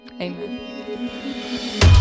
Amen